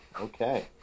Okay